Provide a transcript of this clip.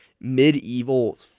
medieval